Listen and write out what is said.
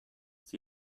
ist